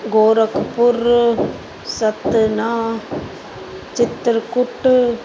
Gorakhpur Satna Chitrakoot